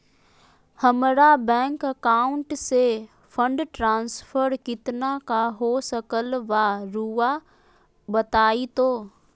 हमरा bank account से fund transfer कितना का हो सकल बा रुआ बताई तो?